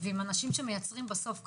ועם אנשים שמייצרים בסוף כחול-לבן,